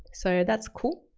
so, that's cool.